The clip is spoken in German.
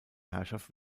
herrschaft